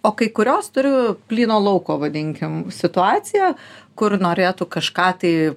o kai kurios turi plyno lauko vadinkim situaciją kur norėtų kažką tai